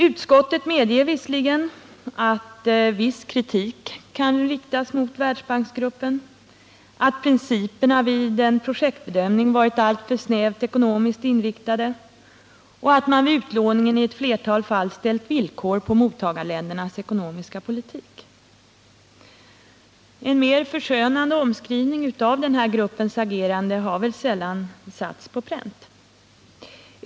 Utskottet medger visserligen att viss kritik kan riktas mot Världsbanksgruppen, att principerna vid en projektbedömning varit alltför snävt ekonomiskt inriktade och att man vid utlåningen i ett flertal fall ställt villkor på mottagarländernas ekonomiska politik. Men en mer förskönande omskrivning av gruppens agerande har väl sällan satts på pränt.